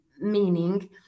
meaning